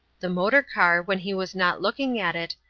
the motor-car, when he was not looking at it,